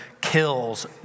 kills